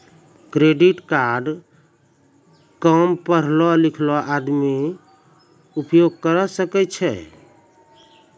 Credit card काम पढलो लिखलो आदमी उपयोग करे सकय छै?